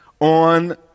on